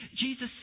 Jesus